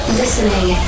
listening